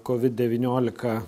kovid devyniolika